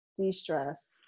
de-stress